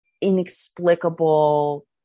inexplicable